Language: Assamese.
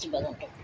জীৱ জন্তুক